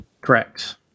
Correct